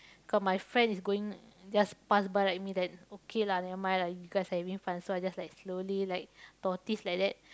cause my friend is going just pass by like me then okay lah never mind lah you guys having fun so I just like slowly like tortoise like that